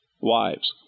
wives